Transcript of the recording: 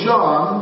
John